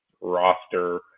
roster